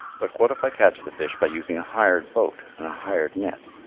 but what if i catch the fish by using a hired boat and a hired net,